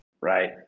Right